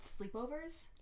sleepovers